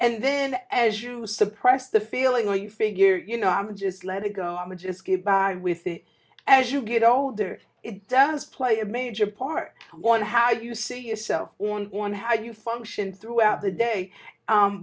and then as you suppress the feeling or you figure you know i'm just let it go let me just get by with it as you get older it does play a major part one how you see yourself on how you function throughout the day